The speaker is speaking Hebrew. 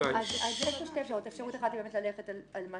יש פה שתי אפשרויות: אפשרות אחת היא ללכת על מה